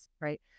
right